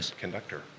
conductor